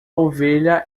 ovelha